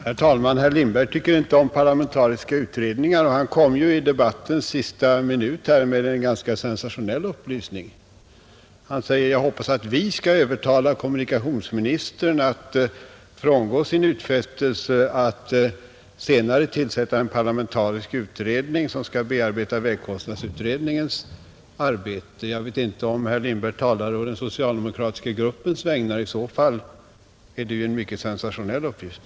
Herr talman! Herr Lindberg tycker inte om parlamentariska utredningar, och han kom i debattens sista minut med en ganska sensationell upplysning. Han säger: Jag hoppas att vi skall kunna övertala kommunikationsministern att frångå sin utfästelse att senare tillsätta en parlamentarisk utredning som skall bearbeta vägkostnadsutredningens resultat. Jag vet inte om herr Lindberg talar på den socialdemokratiska gruppens vägnar. I så fall är det en mycket sensationell upplysning.